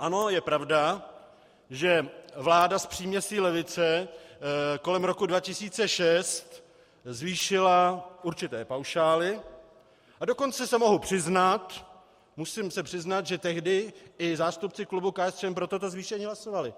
Ano, je pravda, že vláda s příměsí levice kolem roku 2006 zvýšila určité paušály, a dokonce se mohu přiznat, musím se přiznat, že tehdy i zástupci klubu KSČM pro toto zvýšení hlasovali.